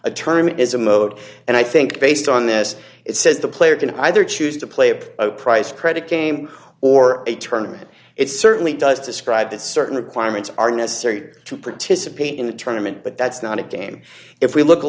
a term is a mode and i think based on this it says the player can either choose to play a price credit game or a tournament it certainly does describe that certain requirements are necessary to particular paint in a tournament but that's not a game if we look a